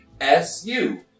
SU